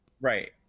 right